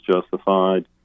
justified